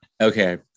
Okay